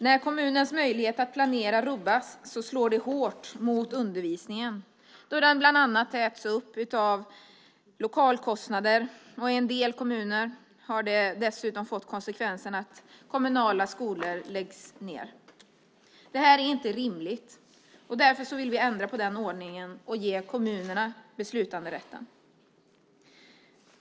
När kommunens möjlighet att planera rubbas slår det hårt mot undervisningen då den äts upp av bland annat lokalkostnader. I en del kommuner har det dessutom fått konsekvensen att kommunala skolor läggs ned. Det här är inte rimligt, och därför vill vi ändra på den ordningen och ge kommunerna beslutanderätten.